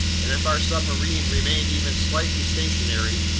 and if our submersible remained even slightly stationary,